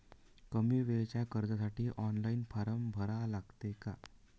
कमी वेळेच्या कर्जासाठी ऑनलाईन फारम भरा लागते का?